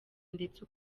ndetse